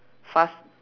fast